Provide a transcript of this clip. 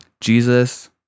Jesus